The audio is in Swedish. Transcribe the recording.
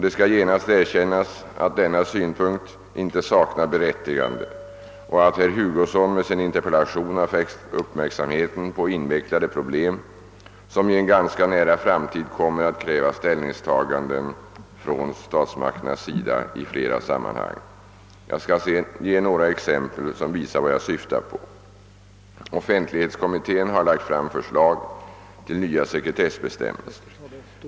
Det skall genast erkännas, att denna synpunkt inte saknar berättigande och att herr Hugosson med sin interpellation har fäst uppmärksamheten på invecklade problem, som i en ganska nära framtid kommer att kräva ställningstaganden från statsmakternas sida i flera sammanhang. Jag skall ge några exempel som visar vad jag syftar på. Offentlighetskommittén har lagt fram förslag till nya sekretessbestämmelser.